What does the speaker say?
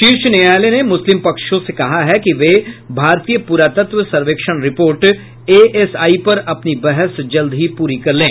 शीर्ष न्यायालय ने मुस्लिम पक्षों से कहा कि वे भारतीय पुरातत्व सर्वेक्षण रिपोर्ट एएसआई पर अपनी बहस जल्द ही पूरी कर लें